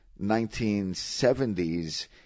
1970s